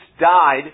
died